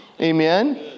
Amen